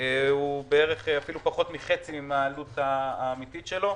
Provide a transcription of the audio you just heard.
הוא פחות מחצי מן העלות האמיתית שלו.